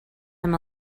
him